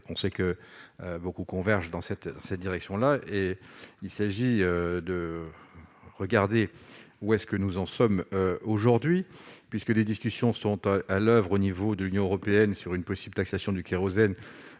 on sait que beaucoup convergent dans cette cette direction-là et il s'agit de regarder ou est-ce que nous en sommes aujourd'hui puisque les discussions sont à à l'oeuvre au niveau de l'Union européenne sur une possible taxation du kérosène